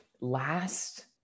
last